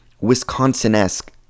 Wisconsin-esque